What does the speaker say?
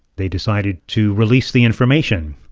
they decided to release the information.